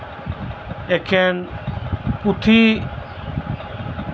ᱮᱠᱷᱮᱱ ᱯᱩᱛᱷᱤ